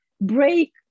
break